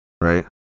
right